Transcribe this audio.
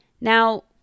Now